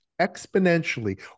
exponentially